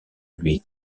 lui